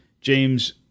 James